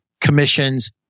commissions